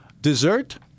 Dessert